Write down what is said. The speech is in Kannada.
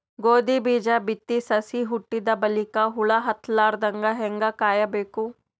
ಗೋಧಿ ಬೀಜ ಬಿತ್ತಿ ಸಸಿ ಹುಟ್ಟಿದ ಬಲಿಕ ಹುಳ ಹತ್ತಲಾರದಂಗ ಹೇಂಗ ಕಾಯಬೇಕು?